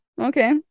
Okay